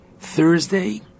Thursday